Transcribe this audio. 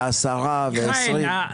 10%, 20%. נכון.